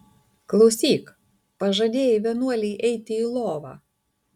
klausyk pažadėjai vienuolei eiti į lovą